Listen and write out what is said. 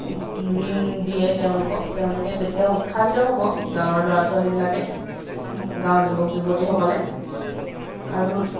ঋণ দিয়ে তেওঁলোকক তেওঁলোকে তেতিয়া উৎসাহিত হ'ব গাঁৱৰ ল'ৰা ছোৱালীবিলাকে গাঁৱৰ যুৱক যুৱতীসকলে আৰু